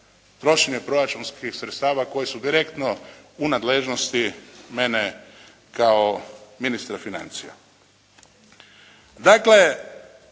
trošenje proračunskih sredstava koje su direktno u nadležnosti mene kao ministra financija.